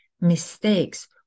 mistakes